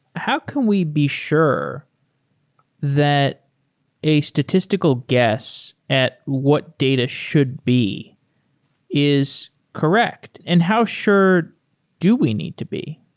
how can we be sure that a statistical guess at what data should be is correct and how sure do we need to be?